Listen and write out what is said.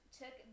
took